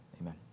Amen